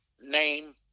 name